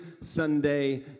Sunday